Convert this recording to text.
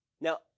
Now